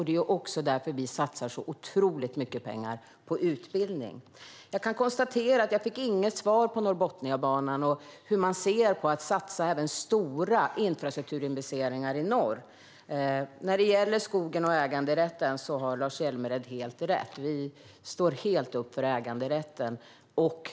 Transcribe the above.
Det är därför vi satsar så otroligt mycket pengar på utbildning. Jag konstaterar att jag inte fick något svar på frågan om Norrbotniabanan och hur man ser på att satsa på stora infrastrukturinvesteringar i norr. När det gäller skogen och äganderätten har Lars Hjälmered helt rätt. Vi står helt upp för äganderätten.